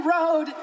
road